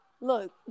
Look